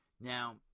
now